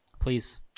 Please